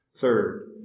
Third